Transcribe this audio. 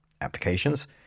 applications